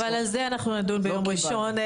טוב, אבל על זה אנחנו נדון ביום ראשון.